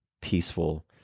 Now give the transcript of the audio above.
peaceful